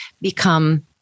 become